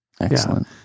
Excellent